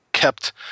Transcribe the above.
kept